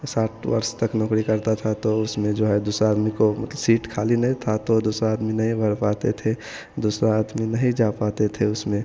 वह साठ वर्ष तक नौकरी करता था तो उसमें दूसरा आदमी को सीट खाली नहीं थी तो दूसरा आदमी नहीं भर पाते थे दूसरा आदमी नहीं जा पाते थे उसमें